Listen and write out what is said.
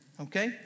Okay